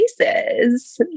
places